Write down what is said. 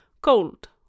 cold